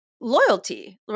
loyalty